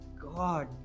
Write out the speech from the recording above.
God